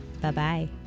Bye-bye